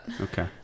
Okay